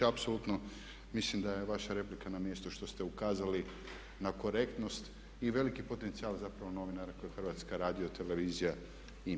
Apsolutno mislim da je vaša replika na mjestu što ste ukazali na korektnost i veliki potencijal zapravo novinara koje HRT ima.